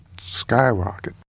skyrocket